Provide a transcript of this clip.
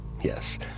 Yes